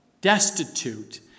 destitute